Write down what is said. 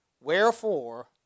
Wherefore